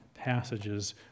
passages